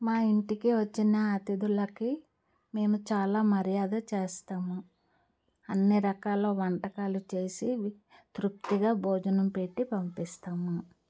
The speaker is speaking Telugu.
మా ఇంటికి వచ్చిన అతిధులకి మేము చాలా మర్యాద చేస్తాము అన్నీ రకాల వంటాకాలు చేసి తృప్తిగా భోజనం పెట్టి పంపిస్తాము